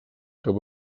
cap